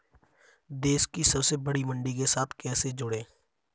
देश की सबसे बड़ी मंडी के साथ कैसे जुड़ें?